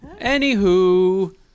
Anywho